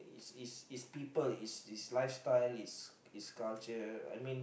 its its people its its lifestyle its its culture I mean